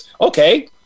okay